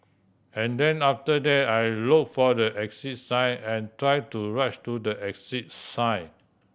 and then after that I look for the exit sign and try to rush to the exit sign